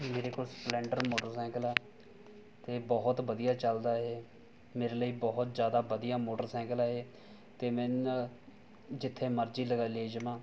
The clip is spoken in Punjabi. ਮੇਰੇ ਕੋਲ ਸਪਲੈਂਡਰ ਮੋਟਰਸਾਈਕਲ ਹੈ ਅਤੇ ਬਹੁਤ ਵਧੀਆ ਚੱਲਦਾ ਹੈ ਮੇਰੇ ਲਈ ਬਹੁਤ ਜ਼ਿਆਦਾ ਵਧੀਆ ਮੋਟਰਸਾਈਕਲ ਹੈ ਇਹ ਅਤੇ ਮੈਂ ਇਹ ਨਾਲ ਜਿੱਥੇ ਮਰਜ਼ੀ ਲਗ ਲੈ ਜਾਵਾਂ